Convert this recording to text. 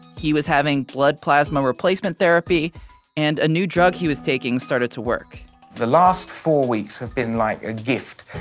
he was having blood plasma replacement therapy and a new drug he was taking started to work the last four weeks have been like a gift.